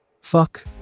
fuck